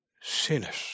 Sinners